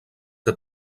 que